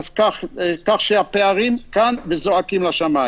הפערים כאן זועקים לשמיים.